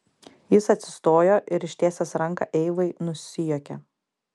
jis atsistojo ir ištiesęs ranką eivai nusijuokė